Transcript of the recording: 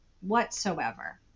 whatsoever